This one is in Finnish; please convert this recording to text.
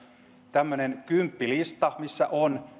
tämmöisen kymppilistan missä on